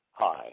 Hi